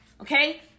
okay